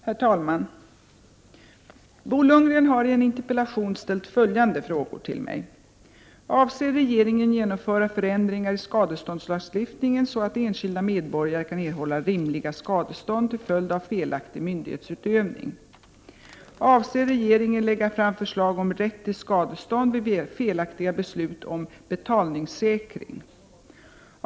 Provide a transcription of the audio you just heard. Herr talman! Bo Lundgren har i en interpellation ställt följande frågor till mig: 2. Avser regeringen att lägga fram förslag om rätt till skadestånd vid felaktiga beslut om betalningssäkring? 3.